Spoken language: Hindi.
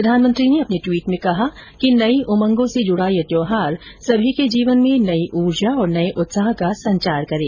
प्रधानमंत्री ने अपने ट्वीट में कहा कि नई उमंगों से जुडा यह त्यौहार सभी के जीवन में नई ऊर्जा और नए उत्साह का संचार करें